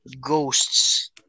ghosts